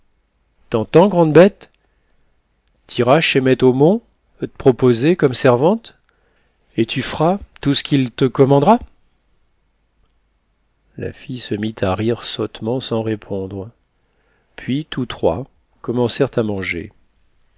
t'entends grande bête t'iras chez maît omont t'proposer comme servante et tu f'ras tout c'qu'il te commandera la fille se mit à rire sottement sans répondre puis tous trois commencèrent à manger